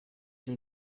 des